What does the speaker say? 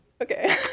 okay